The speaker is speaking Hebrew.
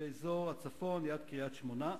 באזור הצפון ליד קריית-שמונה.